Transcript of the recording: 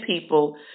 people